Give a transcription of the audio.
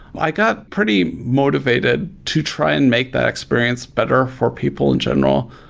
i got pretty motivated to try and make that experience better for people in general.